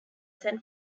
san